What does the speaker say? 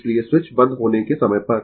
इसलिए स्विच बंद होने के समय पर